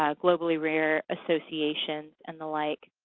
ah globally rare associations, and the like.